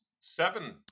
Seven